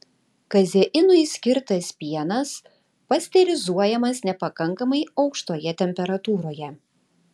kazeinui skirtas pienas pasterizuojamas nepakankamai aukštoje temperatūroje